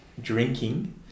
drinking